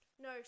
no